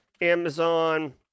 Amazon